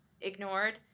ignored